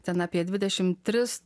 ten apie dvidešim tris